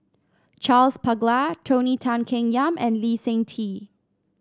Charles Paglar Tony Tan Keng Yam and Lee Seng Tee